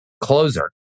closer